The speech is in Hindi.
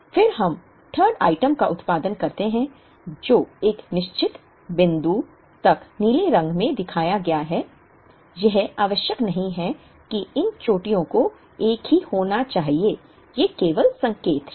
फिर हम 3rd आइटम का उत्पादन करते हैं जो एक निश्चित बिंदु तक नीले रंग में दिखाया गया है यह आवश्यक नहीं है कि इन चोटियों को एक ही होना चाहिए ये केवल संकेत हैं